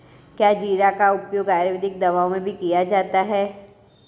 क्या जीरा का उपयोग आयुर्वेदिक दवाओं में भी किया जाता है?